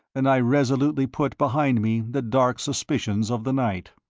and i resolutely put behind me the dark suspicions of the night.